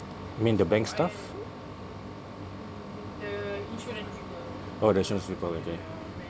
you mean the bank staff oh the insurance people okay